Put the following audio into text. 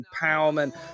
empowerment